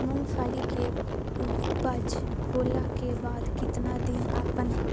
मूंगफली के ऊपज होला के बाद कितना दिन अपना